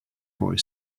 boy